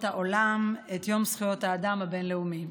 העולם את יום זכויות האדם הבין-לאומי.